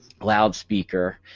loudspeaker